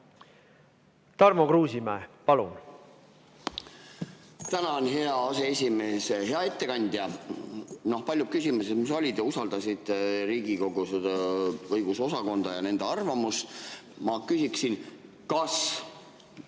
Tarmo Kruusimäe, palun!